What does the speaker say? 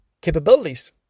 capabilities